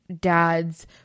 dad's